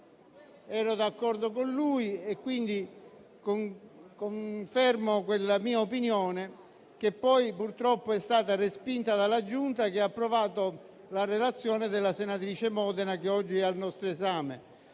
Ero d'accordo con lui e confermo quella mia opinione, che purtroppo è stata respinta dalla Giunta, che ha approvato invece la relazione della senatrice Modena oggi al nostro esame.